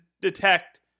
detect